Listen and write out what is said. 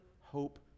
hope